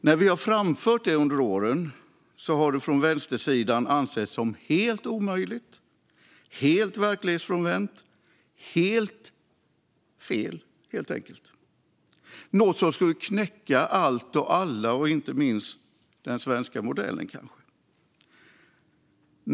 När vi har framfört detta under åren har det från vänstersidan ansetts som helt omöjligt, som helt verklighetsfrånvänt, som helt fel, helt enkelt, och som något som skulle knäcka allt och alla och kanske inte minst den svenska modellen.